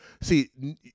See